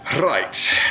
Right